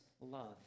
love